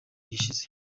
gishize